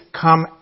come